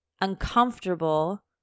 uncomfortable